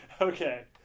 Okay